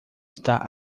estar